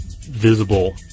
visible